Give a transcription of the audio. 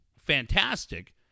fantastic